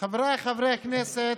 חבריי חברי הכנסת,